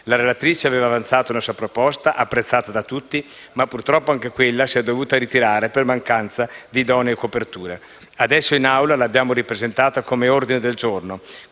La relatrice aveva avanzato una sua proposta, apprezzata da tutti, ma purtroppo anche quella si è dovuta ritirare per mancanza di idonee coperture. Adesso, in Aula, l'abbiamo ripresentata come ordine del giorno,